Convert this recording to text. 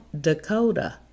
dakota